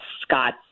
scott